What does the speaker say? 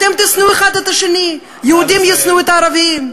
אתם תשנאו האחד את השני: יהודים ישנאו את הערבים,